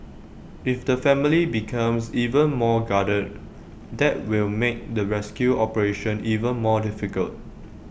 if the family becomes even more guarded that will make the rescue operation even more difficult